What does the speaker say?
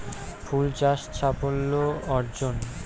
ফুল চাষ সাফল্য অর্জন?